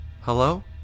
Hello